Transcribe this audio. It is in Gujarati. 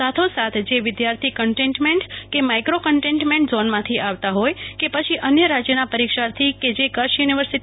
સાથોસાથ જે વિદ્યાર્થી કન્ટેઈનમેન્ટ મે માઈક્રો કન્ટેઈનમેન્ટ ઝોનમાંથી આવતા હોય કે પછી અન્ય રાજ્યના પરીક્ષાર્થી કે જે કચ્છ યુનિ